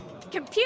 Computer